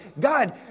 God